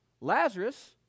Lazarus